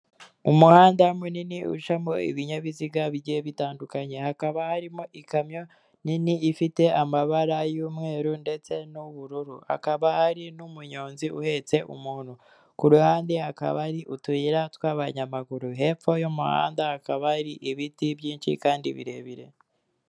Umuhanda munini ucamo ibinyabiziga bigiye bitandukanye, hakaba harimo ikamyo nini ifite amabara y'umweru ndetse n'ubururu, hakaba ari n'umuyonzi uhetse umuntu, ku ruhande hakaba ari utuyira tw'qbanyamaguru, hepfo y'umuhanda hakaba hari ibiti byinshi kandi birebire.